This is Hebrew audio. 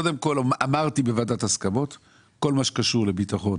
אמרתי בוועדת הסכמות שכל מה שקשור לביטחון